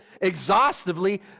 exhaustively